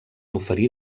oferir